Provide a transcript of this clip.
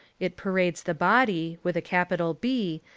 it pa rades the body, with a capital b,